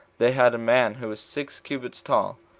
they had a man who was six cubits tall,